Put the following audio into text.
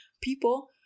people